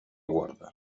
guarda